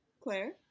Claire